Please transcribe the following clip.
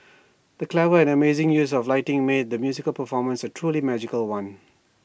the clever and amazing use of lighting made the musical performance A truly magical one